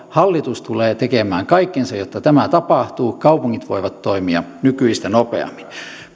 hallitus tulee tekemään kaikkensa jotta tämä tapahtuu kaupungit voivat toimia nykyistä nopeammin